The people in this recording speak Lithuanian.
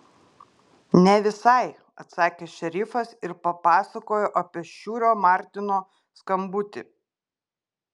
ne visai atsakė šerifas ir papasakojo apie šiurio martino skambutį